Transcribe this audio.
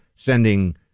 sending